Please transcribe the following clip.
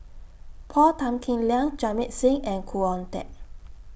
Paul Tan Kim Liang Jamit Singh and Khoo Oon Teik